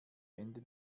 ende